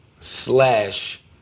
slash